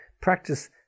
practice